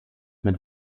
mit